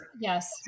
Yes